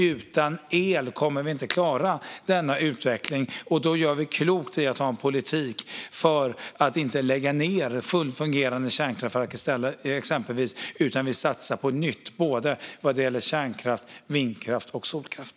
Utan el kommer vi inte att klara denna utveckling, och då gör vi klokt i att ha en politik där vi inte lägger ned fullt fungerande kärnkraftverk, exempelvis, utan satsar på nytt vad gäller både kärnkraft, vindkraft och solkraft.